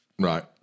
Right